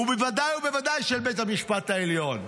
ובוודאי ובוודאי של בית המשפט העליון.